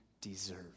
deserve